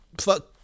fuck